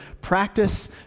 Practice